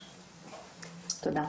תודה.